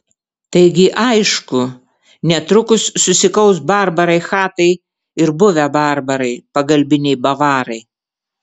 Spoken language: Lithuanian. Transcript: taigi aišku netrukus susikaus barbarai chatai ir buvę barbarai pagalbiniai bavarai